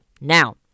Now